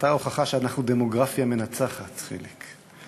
אתה ההוכחה שאנחנו דמוגרפיה מנצחת, חיליק.